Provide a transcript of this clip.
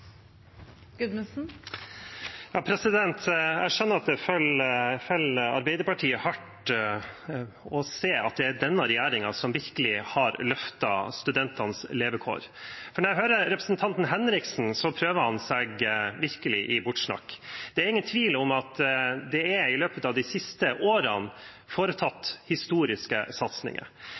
Arbeiderpartiet å se at det er denne regjeringen som virkelig har løftet studentenes levekår, for når jeg hører representanten Henriksen, prøver han virkelig å snakke det bort. Det er ingen tvil om at det i løpet av de siste årene er foretatt historiske satsinger.